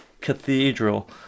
cathedral